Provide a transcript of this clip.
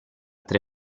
tre